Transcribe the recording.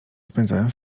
spędzałem